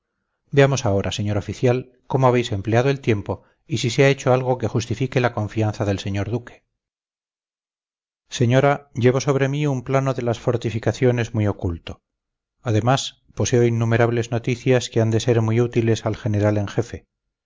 veamos ahora señor oficial cómo habéis empleado el tiempo y si se ha hecho algo que justifique la confianza del señor duque señora llevo sobre mí un plano de las fortificaciones muy oculto además poseo innumerables noticias que han de ser muy útiles al general en jefe